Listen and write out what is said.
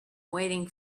waiting